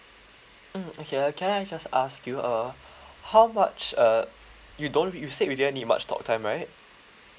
mm okay uh can I just ask you uh how much uh you don't you said you don't need any much talk time right